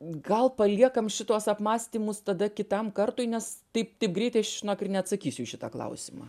gal paliekam šituos apmąstymus tada kitam kartui nes taip taip greitai aš žinok ir neatsakysiu į šitą klausimą